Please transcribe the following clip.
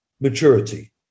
maturity